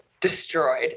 destroyed